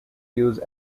use